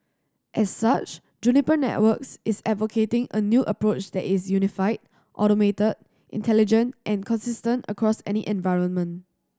as such Juniper Networks is advocating a new approach that is unified automated intelligent and consistent across any environment